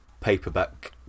paperback